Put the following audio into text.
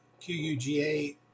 QUGA